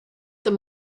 them